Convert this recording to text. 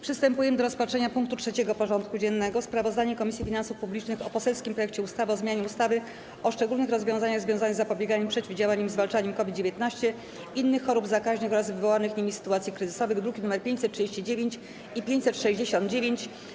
Przystępujemy do rozpatrzenia punktu 3. porządku dziennego: Sprawozdanie Komisji Finansów Publicznych o poselskim projekcie ustawy o zmianie ustawy o szczególnych rozwiązaniach związanych z zapobieganiem, przeciwdziałaniem i zwalczaniem COVID-19, innych chorób zakaźnych oraz wywołanych nimi sytuacji kryzysowych (druki nr 539 i 569)